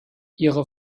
ihre